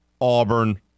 Auburn